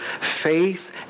faith